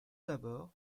d’abord